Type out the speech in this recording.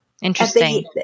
Interesting